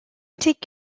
take